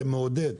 זה מעודד.